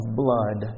blood